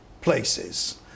places